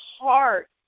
heart